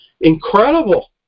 incredible